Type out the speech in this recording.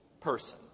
person